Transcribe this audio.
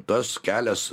tas kelias